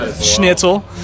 schnitzel